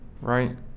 right